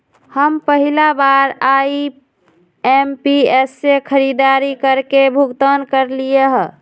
हम पहिला बार आई.एम.पी.एस से खरीदारी करके भुगतान करलिअई ह